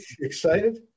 excited